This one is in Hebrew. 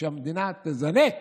כשהמדינה תזנק,